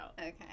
okay